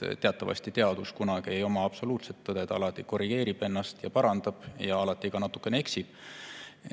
sest teatavasti teadus kunagi ei oma absoluutset tõde, ta alati korrigeerib ennast ja parandab ning alati ka natukene eksib.